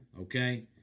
Okay